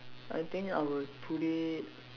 I think I will put it